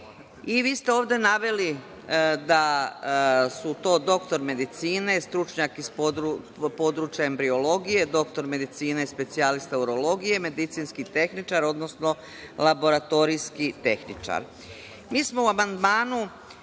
Vi ste ovde naveli da su to doktor medicine, stručnjak iz područja embriologije, doktor medicine – specijalista urologije, medicinski tehničar, odnosno laboratorijski tehničar. Naravno,